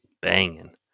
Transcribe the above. banging